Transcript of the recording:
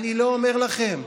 אני לא אומר לכם,